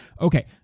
Okay